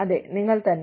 അതെ നിങ്ങൾ തന്നെ